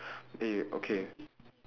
eh okay